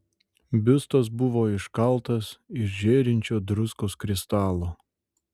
biustas buvo iškaltas iš žėrinčio druskos kristalo